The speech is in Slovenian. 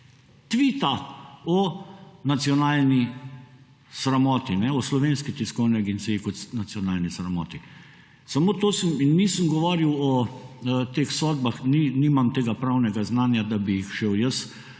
twita o nacionalni sramoti, o Slovenski tiskovni agenciji kot nacionalni sramoti. In nisem govoril o teh sodbah, nimam tega pravnega znanja, da bi jih šel jaz